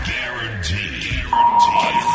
Guaranteed